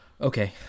Okay